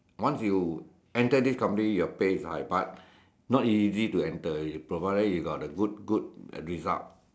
once you enter this company your pay is high but not easy to enter already provided you got the good good result